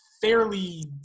fairly